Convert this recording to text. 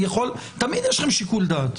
תמיד יש לכם שיקול דעת.